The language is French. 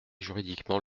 juridiquement